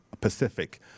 Pacific